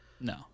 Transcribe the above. No